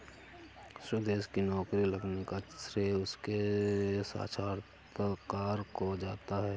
सुदेश की नौकरी लगने का श्रेय उसके साक्षात्कार को जाता है